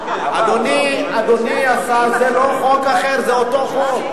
אדוני השר, זה לא חוק אחר, זה אותו חוק,